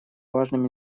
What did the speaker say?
важным